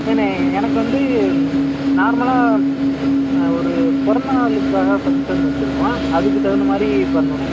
சரிண்ணே எனக்கு வந்து நார்மலாக ஒரு பிறந்த நாளுக்காக ஃபங்க்ஷன் வச்சுருக்கோம் அதுக்குத் தகுந்த மாதிரி பண்ணுண்ணே